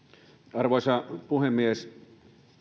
arvoisa puhemies